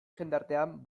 jendartean